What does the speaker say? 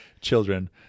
Children